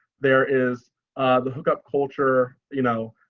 there is the hookup culture, you know,